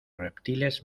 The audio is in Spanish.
reptiles